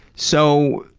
so.